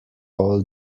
all